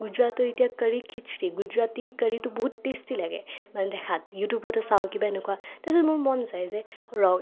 গুজৰাটৰ এতিয়া কৰী খিচৰী গুজৰাটী কৰীতো বহুত টেষ্টী লাগে মানে দেখাত ইউটিউবতে চাওঁ কিবা এনেকুৱা তাৰপিছত মন যায় যে ৰহ